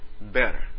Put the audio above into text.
better